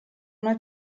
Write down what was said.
una